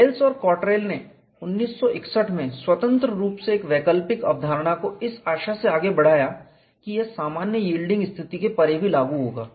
Wales और Cottrell ने 1961 में स्वतंत्र रूप से एक वैकल्पिक अवधारणा को इस आशा से आगे बढ़ाया कि यह सामान्य यील्डिंग स्थिति से परे भी लागू होगा